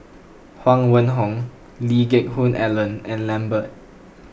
Huang Wenhong Lee Geck Hoon Ellen and Lambert